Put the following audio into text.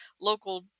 local